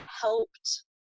helped